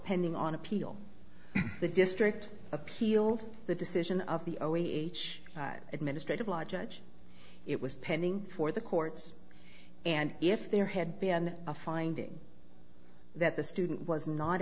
pending on appeal the district appealed the decision of the o h administrative law judge it was pending before the courts and if there had been a finding that the student was not